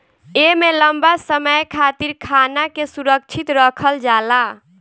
एमे लंबा समय खातिर खाना के सुरक्षित रखल जाला